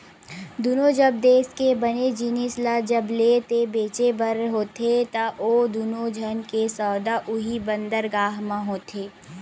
दुनों जब देस के बने जिनिस ल जब लेय ते बेचें बर होथे ता ओ दुनों झन के सौदा उहीं बंदरगाह म होथे